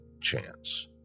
chance